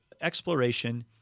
exploration